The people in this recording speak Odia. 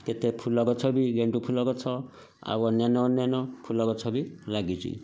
କେତେ ଫୁଲ ଗଛ ବି ଗେଣ୍ଡୁ ଫୁଲ ଗଛ ଆଉ ଅନ୍ୟାନ୍ୟ ଅନ୍ୟାନ୍ୟ ଫୁଲ ଗଛ ବି ଲାଗିଛି